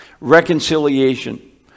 Reconciliation